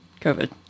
covid